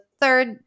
third